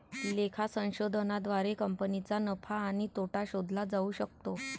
लेखा संशोधनाद्वारे कंपनीचा नफा आणि तोटा शोधला जाऊ शकतो